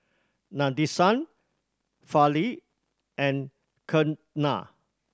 Nadesan Fali and Ketna